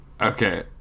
okay